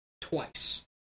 twice